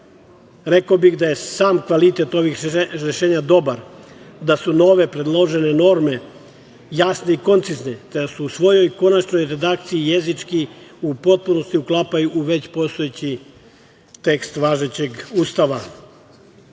Rekao bih da je sam kvalitet ovih rešenja dobar, da su nove predložene norme jasne i koncizne, da se u svojoj konačnoj redakciji jezički u potpunosti uklapaju u već postojeći tekst važećeg